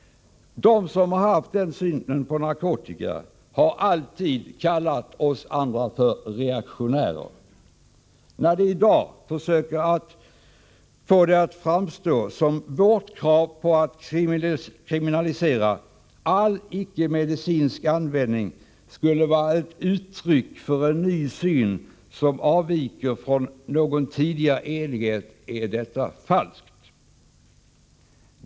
De som har haft denna syn på narkotika har alltid kallat oss andra för reaktionärer. När de i dag försöker få det att framstå som att vårt krav på att kriminalisera all icke-medicinsk användning skulle vara ett uttryck för ett nytt betraktelsesätt som avviker från någon tidigare enighet är detta falskt.